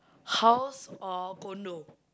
house or condo